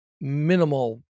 minimal